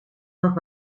nog